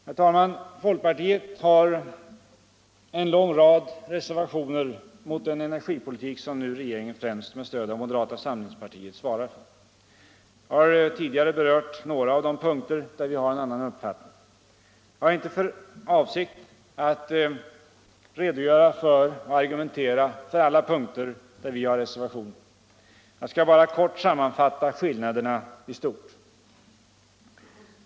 Herr talman! Folkpartiet har en rad reservationer mot den energipolitik som nu regeringen främst med stöd av moderata samlingspartiet svarar för. Jag har tidigare berört några av de punkter där vi har en annan uppfattning. Jag har inte för avsikt att redogöra för och argumentera för alla punkter där vi har reservationer. Jag skall bara kort sammanfatta skillnaderna i stort.